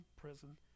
prison